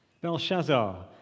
Belshazzar